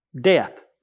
death